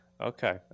Okay